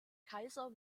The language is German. kaiser